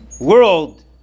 world